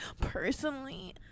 Personally